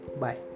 Bye